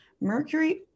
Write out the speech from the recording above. Mercury